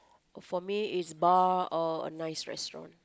for me is bar or nice restaurant